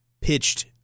pitched